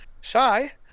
Shy